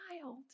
child